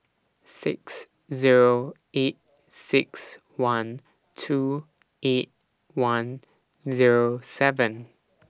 six Zero eight six one two eight one Zero seven